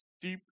deep